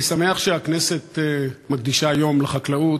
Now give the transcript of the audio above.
אני שמח שהכנסת מקדישה יום לחקלאות.